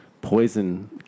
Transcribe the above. poison